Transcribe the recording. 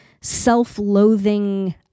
self-loathing